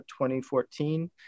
2014